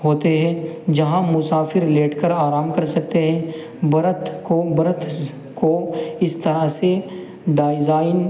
ہوتے ہیں جہاں مسافر لیٹ کر آرام کر سکتے ہیں برت کو برت کو اس طرح سے ڈائزائن